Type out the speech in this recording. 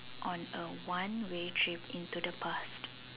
on a one way trip into the past